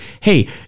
hey